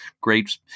great